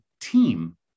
team